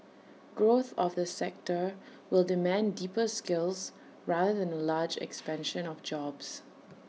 growth of the sector will demand deeper skills rather than A large expansion of jobs